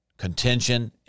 contention